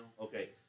Okay